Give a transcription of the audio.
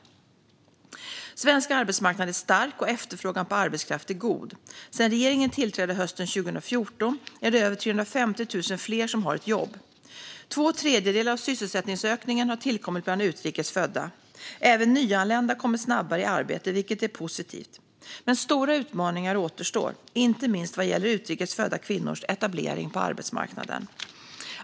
Svensk arbetsmarknad är stark, och efterfrågan på arbetskraft är god. Sedan regeringen tillträdde hösten 2014 är det över 350 000 fler som har ett jobb. Två tredjedelar av sysselsättningsökningen har tillkommit bland utrikes födda. Även nyanlända kommer snabbare i arbete, vilket är positivt. Men stora utmaningar återstår, inte minst vad gäller utrikes födda kvinnors etablering på arbetsmarknaden.